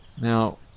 Now